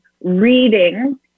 reading